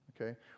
okay